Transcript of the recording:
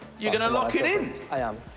you're going to lock it in? i am.